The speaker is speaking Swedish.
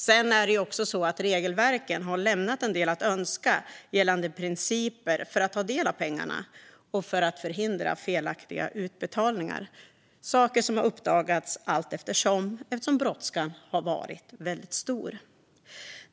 Det är också så att regelverken har lämnat en del att önska gällande principer för att ta del av pengarna och för att förhindra felaktiga utbetalningar. Detta är saker som har uppdagats allteftersom, eftersom brådskan har varit väldigt stor.